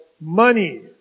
money